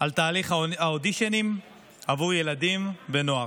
על תהליך האודישנים עבור ילדים ונוער.